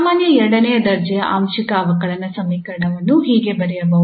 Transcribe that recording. ಸಾಮಾನ್ಯ ಎರಡನೇ ದರ್ಜೆಯ ಆಂಶಿಕ ಅವಕಲನ ಸಮೀಕರಣವನ್ನು ಹೀಗೆ ಬರೆಯಬಹುದು